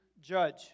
judge